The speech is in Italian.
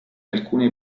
alcune